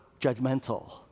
judgmental